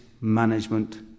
management